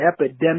epidemic